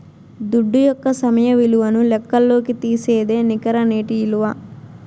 దుడ్డు యొక్క సమయ విలువను లెక్కల్లోకి తీసేదే నికర నేటి ఇలువ